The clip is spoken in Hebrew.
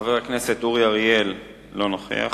חבר הכנסת אורי אריאל, לא נוכח.